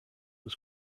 was